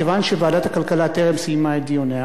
כיוון שוועדת הכלכלה טרם סיימה את דיוניה